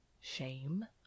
Shame